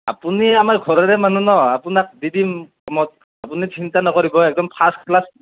আপুনি আমাৰ ঘৰৰে মানুহ ন আপোনাক দি দিম কমত আপুনি চিন্তা নকৰিব একদম ফাৰ্ষ্ট ক্লাছ